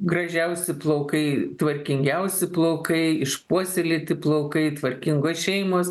gražiausi plaukai tvarkingiausi plaukai išpuoselėti plaukai tvarkingos šeimos